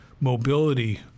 mobility